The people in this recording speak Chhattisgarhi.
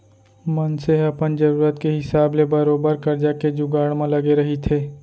मनसे ह अपन जरुरत के हिसाब ले बरोबर करजा के जुगाड़ म लगे रहिथे